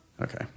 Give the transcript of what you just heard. Okay